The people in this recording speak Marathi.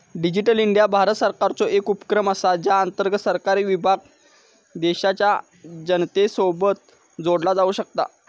डिजीटल इंडिया भारत सरकारचो एक उपक्रम असा ज्या अंतर्गत सरकारी विभाग देशाच्या जनतेसोबत जोडला जाऊ शकता